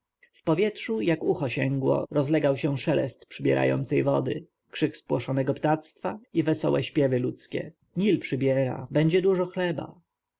w powietrzu jak ucho sięgło rozlegał się szelest przybierającej wody krzyk spłoszonego ptactwa i wesołe śpiewy ludzkie nil przybiera będzie dużo chleba